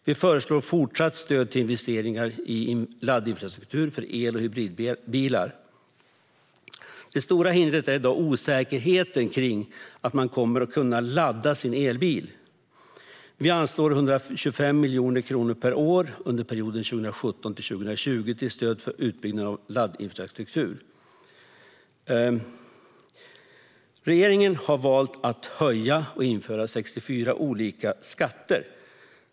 Vi föreslår fortsatt stöd till investeringar i laddinfrastruktur för el och hybridbilar. Det stora hindret är i dag osäkerheten kring om man kommer att kunna ladda sin elbil. Vi anslår 125 miljoner kronor per år under perioden 2017-2020 till stöd för utbyggnad av laddinfrastruktur. Regeringen har valt att höja och införa 64 olika skatter.